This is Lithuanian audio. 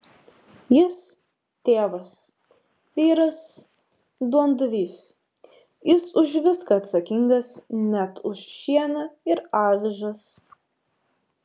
jis tėvas vyras duondavys jis už viską atsakingas net už šieną ir avižas